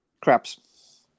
craps